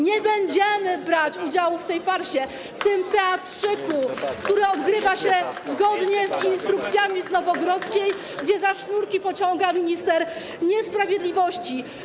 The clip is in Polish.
Nie będziemy brać udziału w tej farsie, w tym teatrzyku, który odgrywa się zgodnie z instrukcjami z Nowogrodzkiej, gdzie za sznurki pociąga minister niesprawiedliwości.